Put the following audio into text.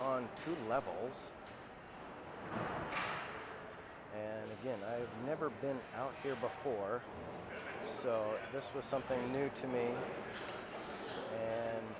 on two levels and again i never been out here before so this was something new to me and